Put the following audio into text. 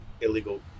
illegal